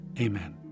Amen